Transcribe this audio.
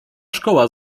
szkoła